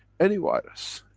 anyone virus,